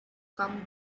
come